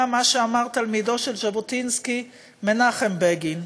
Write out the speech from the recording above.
מה שאמר תלמידו של ז'בוטינסקי מנחם בגין: